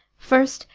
first,